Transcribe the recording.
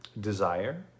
desire